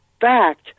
fact